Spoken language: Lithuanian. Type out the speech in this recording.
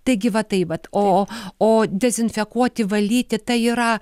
taigi va tai vat o o dezinfekuoti valyti tai yra